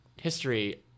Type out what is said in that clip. history